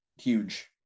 huge